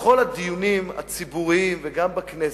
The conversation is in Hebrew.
בכל הדיונים הציבוריים, וגם בכנסת,